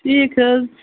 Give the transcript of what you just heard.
ٹھیٖک حظ